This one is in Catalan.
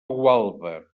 gualba